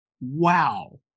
Wow